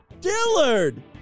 Dillard